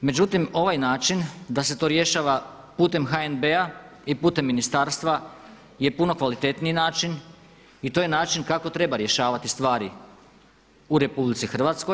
Međutim, ovaj način da se to rješava putem HNB-a i putem ministarstva je puno kvalitetniji način i to je način kako treba rješavati stvari u RH.